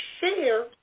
share